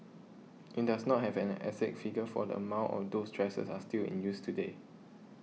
it does not have an exact figure for the amount of those dressers are still in use today